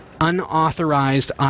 unauthorized